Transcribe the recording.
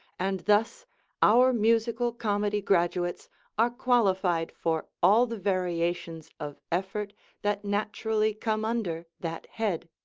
and thus our musical comedy graduates are qualified for all the variations of effort that naturally come under that head.